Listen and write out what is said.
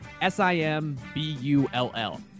S-I-M-B-U-L-L